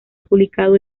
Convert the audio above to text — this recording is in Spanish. publicado